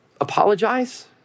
apologize